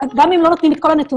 גם אם לא נותנים לי את כל הנתונים,